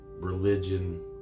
religion